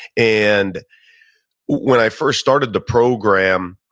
and when i first started the program,